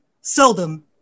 seldom